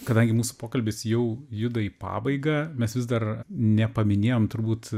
kadangi mūsų pokalbis jau juda į pabaigą mes vis dar nepaminėjom turbūt